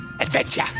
adventure